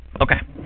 Okay